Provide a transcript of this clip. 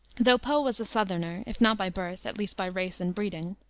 though poe was a southerner, if not by birth, at least by race and breeding,